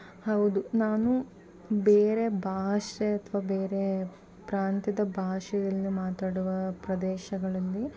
ಹೌದು ನಾನು ಬೇರೆ ಭಾಷೆ ಅಥವಾ ಬೇರೆ ಪ್ರಾಂತ್ಯದ ಭಾಷೆಯಲ್ಲಿ ಮಾತಾಡುವ ಪ್ರದೇಶಗಳಲ್ಲಿ